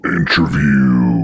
Interview